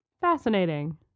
Fascinating